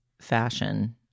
fashion